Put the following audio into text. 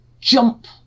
jump